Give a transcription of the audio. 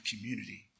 community